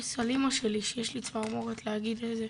אמא שלי, שיש לי צמרמורת להגיד את זה,